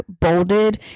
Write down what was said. bolded